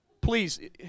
please